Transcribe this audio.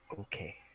okay